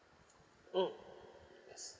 mm yes